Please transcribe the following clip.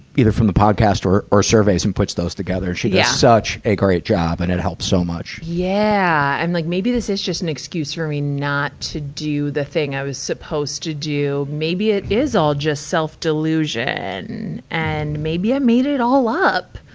either from the podcast or, or surveys and puts those together. she does yeah such a great job, and it helps so much. yeah. i'm like maybe this is just an excuse for me not to do the thing i was supposed to do. maybe it is all just self-delusion. and maybe i made it all up.